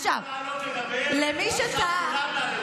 חשבתי לא לעלות לדבר, עכשיו כולנו נעלה לדבר.